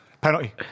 Penalty